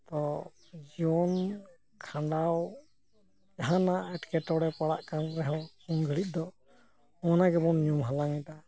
ᱛᱚ ᱡᱤᱭᱚᱱ ᱠᱷᱟᱸᱰᱟᱣ ᱡᱟᱦᱟᱸᱱᱟᱜ ᱮᱴᱠᱮᱴᱚᱬᱮ ᱯᱟᱲᱟᱜ ᱠᱟᱱ ᱨᱮᱦᱚᱸ ᱩᱱᱜᱷᱟᱹᱲᱤᱡ ᱫᱚ ᱚᱱᱟ ᱜᱮᱵᱚᱱ ᱧᱩᱢ ᱦᱟᱞᱟᱝ ᱮᱫᱟ